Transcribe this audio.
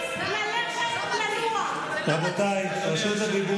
מה אתם עושים?